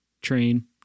train